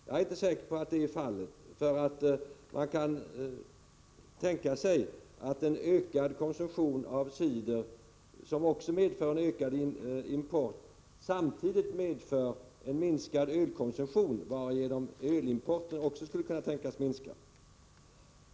Jag är inte säker på att så är fallet, för man kan tänka sig att en ökad konsumtion av cider, som också medför en ökad import, samtidigt medför en minskad ölkonsumtion, varigenom ölimporten skulle kunna tänkas minska.